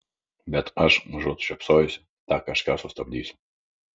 bet aš užuot žiopsojusi tą kažką sustabdysiu